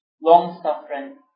long-suffering